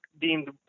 deemed